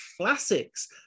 Classics